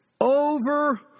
over